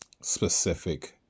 specific